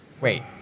Wait